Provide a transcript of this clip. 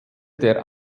der